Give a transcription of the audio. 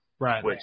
Right